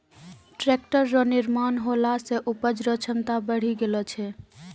tractor रो निर्माण होला से उपज रो क्षमता बड़ी गेलो छै